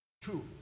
Two